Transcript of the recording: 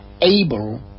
able